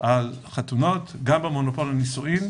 על חתונות, גם במונופול על נישואין,